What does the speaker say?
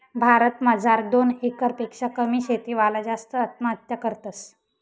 भारत मजार दोन एकर पेक्शा कमी शेती वाला जास्त आत्महत्या करतस